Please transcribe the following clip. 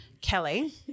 Kelly